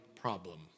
problem